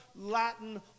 Latin